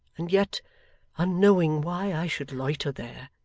and yet unknowing why i should loiter there.